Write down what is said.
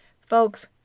Folks